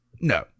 No